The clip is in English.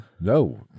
No